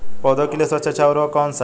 पौधों के लिए सबसे अच्छा उर्वरक कौन सा है?